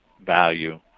value